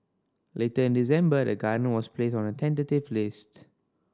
later in December the Gardens was placed on a tentative list